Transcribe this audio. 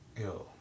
yo